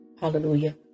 Hallelujah